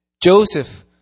Joseph